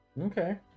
Okay